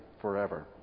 forever